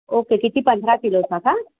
okay किती पंधरा किलोचा का